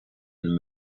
and